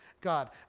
God